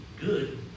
good